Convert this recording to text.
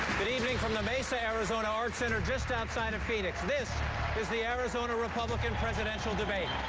good evening from the mesa, arizona arts center just outside of phoenix. this is the arizona republican presidential debate.